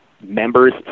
members